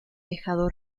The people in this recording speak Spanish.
dejado